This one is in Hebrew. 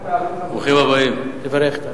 ברוכים הבאים, לאורחים.